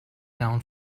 down